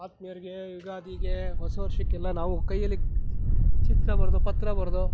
ಆತ್ಮೀಯರಿಗೆ ಈಗ ಯುಗಾದಿಗೆ ಹೊಸವರ್ಷಕ್ಕೆಲ್ಲ ನಾವು ಕೈಯಲ್ಲಿ ಚಿತ್ರ ಬರೆದು ಪತ್ರ ಬರೆದು